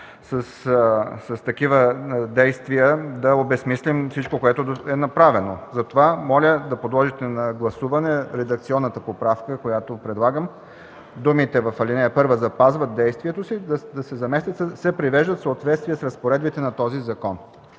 с такива действия да обезсмислим всичко, което е направено. Моля да подложите на гласуване редакционната поправка, която предлагам – думите в ал. 1 „запазват действието си”, да се заместят със „се привеждат в съответствие с разпоредбите на този закон”.